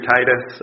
Titus